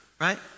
right